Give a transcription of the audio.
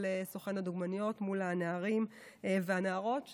סוכן הדוגמניות מול הנערים והנערות,